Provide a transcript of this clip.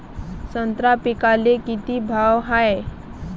संत्रा पिकाले किती भाव हाये?